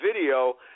video